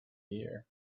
year